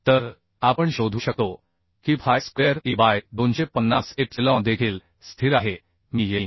तर आपण शोधू शकतो की phi square e by 250 epsilon देखील स्थिर आहे मी येईन